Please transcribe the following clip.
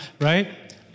Right